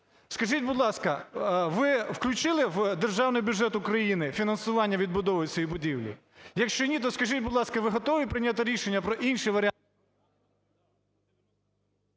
Скажіть, будь ласка, ви включили в Державний бюджет України фінансування відбудови цієї будівлі? Якщо ні, то скажіть, будь ласка, ви готові прийняти рішення про інші…